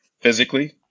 physically